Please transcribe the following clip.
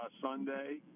Sunday